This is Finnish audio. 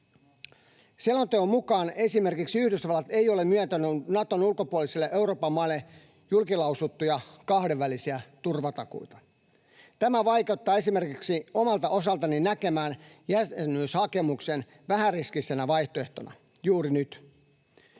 Selonteon mukaan esimerkiksi Yhdysvallat ei ole myöntänyt Naton ulkopuolisille Euroopan maille julkilausuttuja kahdenvälisiä turvatakuita. Tämä vaikeuttaa esimerkiksi omalta osaltani näkemään jäsenyyshakemuksen vähäriskisenä vaihtoehtona juuri nyt.